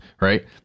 right